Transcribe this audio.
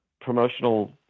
promotional